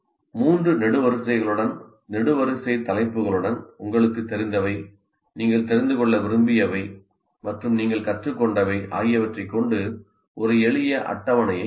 மூன்று நெடுவரிசைகளுடன் நெடுவரிசை தலைப்புகளுடன் 'உங்களுக்குத் தெரிந்தவை' 'நீங்கள் தெரிந்து கொள்ள விரும்பியவை' மற்றும் 'நீங்கள் கற்றுக்கொண்டவை' ஆகியவற்றைக் கொண்டு ஒரு எளிய அட்டவணையை உருவாக்கவும்